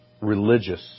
religious